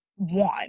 One